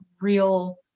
real